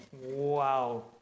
Wow